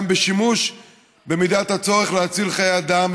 בשימוש במידת הצורך כדי להציל חיי אדם.